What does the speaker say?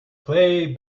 play